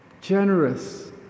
generous